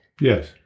Yes